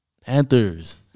Panthers